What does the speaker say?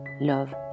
love